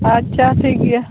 ᱟᱪᱪᱷᱟ ᱴᱷᱤᱠ ᱜᱮᱭᱟ